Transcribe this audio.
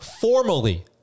formally